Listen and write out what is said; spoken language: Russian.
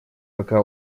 пока